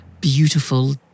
beautiful